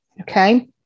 Okay